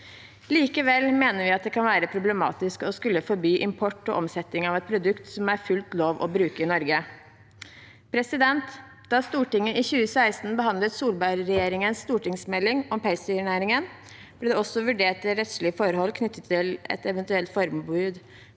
Likevel mener vi at det kan være problematisk å skulle forby import og omsetning av et produkt som er fullt lovlig å bruke i Norge. Da Stortinget i 2016 behandlet Solberg-regjeringens stortingsmelding om pelsdyrnæringen, ble det også vurdert rettslige forhold knyttet til et eventuelt forbud